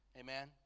Amen